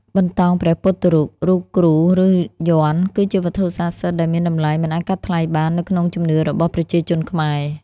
បន្តោងព្រះពុទ្ធរូប រូបគ្រូ ឬយ័ន្ត គឺជាវត្ថុស័ក្តិសិទ្ធិដែលមានតម្លៃមិនអាចកាត់ថ្លៃបាននៅក្នុងជំនឿរបស់ប្រជាជនខ្មែរ។